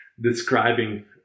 describing